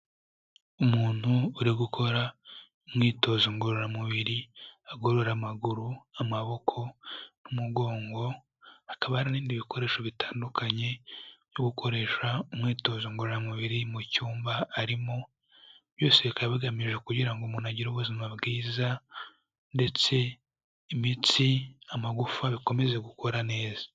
Umuntu uri gukora imyitozo ngororamubiri agorora amaguru, amaboko n'umugongo. Hakaba n'ibindi bikoresho bitandukanye byo gukoresha umwitozo ngororamubiri mu cyumba arimo. Byose bikaba bigamije kugira ngo umuntu agire ubuzima bwiza, ndetse imitsi, amagufa bikomeze gukora neza.